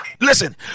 Listen